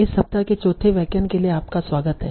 इस सप्ताह के चौथे व्याख्यान के लिए आपका स्वागत है